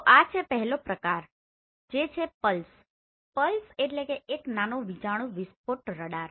તો આ છે પહેલો પ્રકાર જે છે પલ્સPulse એક નાનો વીજાણું વિસ્ફોટ રડાર